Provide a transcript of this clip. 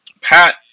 Pat